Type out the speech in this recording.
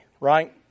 right